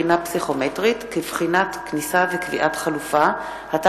הכרת השתתפות בתנועות נוער לעניין ציונים במוסדות החינוך,